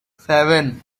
seven